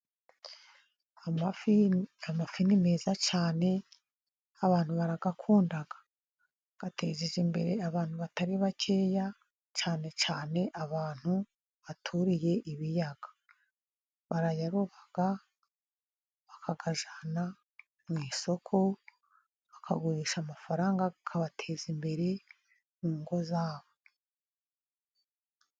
Amafi, amafi ni meza cyane, abantu barayakunda. Ateje imbere abantu batari bakeya, cyane cyane abantu baturiye ibiyaga. Barayaroba bakayajyana mu isoko bakagurisha amafaranga, akabateza imbere mu ngo zabo.